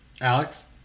Alex